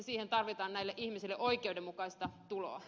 siihen tarvitaan näille ihmisille oikeudenmukaista tuloa